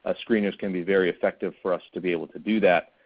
ah screener can be very effective for us to be able to do that.